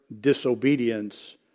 disobedience